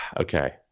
Okay